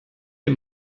les